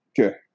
Okay